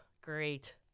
Great